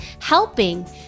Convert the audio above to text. helping